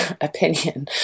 opinion